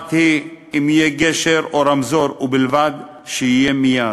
אחת היא אם יהיה גשר או רמזור, ובלבד שיהיה מייד.